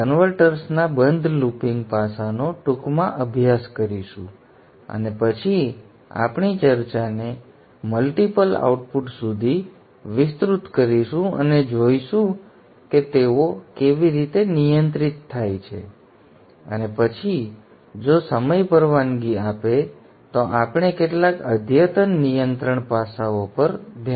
તેથી આપણે કન્વર્ટર્સના બંધ લૂપિંગ પાસાનો ટૂંકમાં અભ્યાસ કરીશું અને પછી આપણી ચર્ચાને મલ્ટીપલ આઉટપુટ સુધી વિસ્તૃત કરીશું અને જોઈશું કે તેઓ કેવી રીતે નિયંત્રિત થાય છે અને પછી જો સમય પરવાનગી આપે તો આપણે કેટલાક અદ્યતન નિયંત્રણ પાસાઓ પર ધ્યાન આપી શકીએ છીએ